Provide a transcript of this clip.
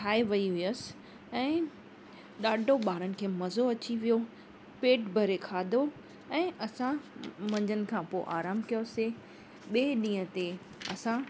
ठाहे वई हुयसि ऐं ॾाढो ॿारनि खे मज़ो अची वियो पेट भरे खाधो ऐं असां मंझंदि खां पोइ आराम कयोसीं ॿिए ॾींहं ते असां